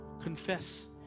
confess